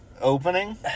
Opening